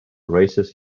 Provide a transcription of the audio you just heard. racers